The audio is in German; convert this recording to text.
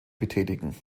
betätigen